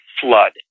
flood